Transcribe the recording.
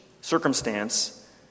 circumstance